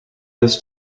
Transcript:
this